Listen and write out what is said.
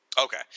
Okay